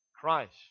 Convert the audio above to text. Christ